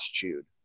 chewed